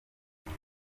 niba